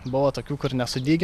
buvo tokių kur nesudygę